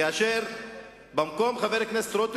כאשר במקום חבר הכנסת רותם,